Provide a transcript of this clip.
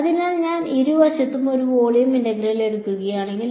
അതിനാൽ ഞാൻ ഇരുവശത്തും ഒരു വോളിയം ഇന്റഗ്രൽ എടുക്കുകയാണെങ്കിൽ